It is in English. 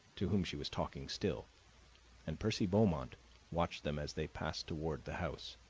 to whom she was talking still and percy beaumont watched them as they passed toward the house.